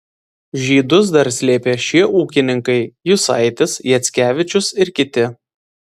žydus dar slėpė šie ūkininkai jusaitis jackevičius ir kiti